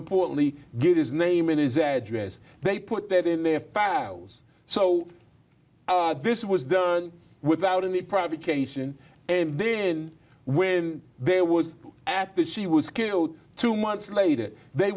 importantly get his name in his address they put that in they have pals so this was done without any provocation and then when there was at that she was killed two months later they